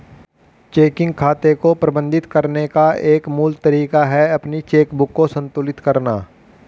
checking खाते को प्रबंधित करने का एक मूल तरीका है अपनी चेकबुक को संतुलित करना